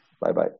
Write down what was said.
Bye-bye